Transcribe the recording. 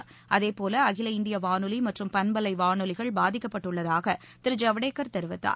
ட்அதே போல அகில இந்திய வானொலி மற்றும் பண்பலை வானொலிகள் பாதிக்கப்பட்டுள்ளதாக திரு ஐவடேகர் தெரிவித்தார்